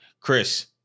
Chris